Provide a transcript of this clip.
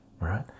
Right